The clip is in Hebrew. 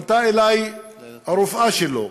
פנתה אלי הרופאה שלו,